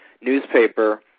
newspaper